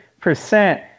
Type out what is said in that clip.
percent